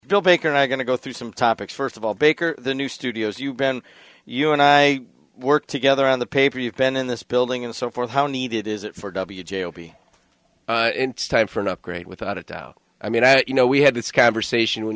bill baker and i going to go through some topics first of all baker the new studios you ben you and i work together on the paper you've been in this building and so forth how needed is it for w j o p it's time for an upgrade without a doubt i mean i you know we had this conversation when